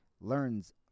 learns